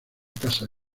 casa